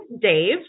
Dave